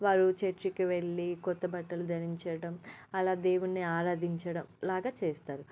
వారు చర్చికి వెళ్ళి కొత్తబట్టలు ధరించడం అలా దేవున్ని ఆరాధించడం లాగా చేస్తారు